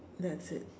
that's it